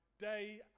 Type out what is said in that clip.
day